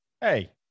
hey